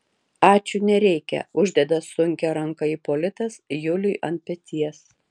ačiū nereikia uždeda sunkią ranką ipolitas juliui ant peties